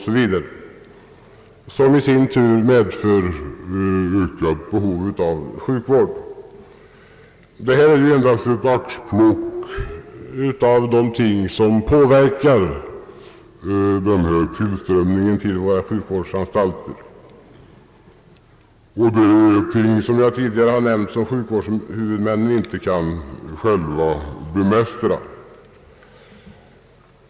Detta är endast ett axplock av omständigheter som påverkar tillströmningen till våra sjukvårdsanstalter och som sjukvårdshuvudmännen inte själva kan bemästra.